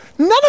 None